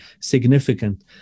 significant